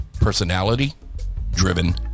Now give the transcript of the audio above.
Personality-driven